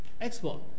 export